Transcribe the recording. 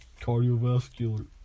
Cardiovascular